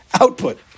output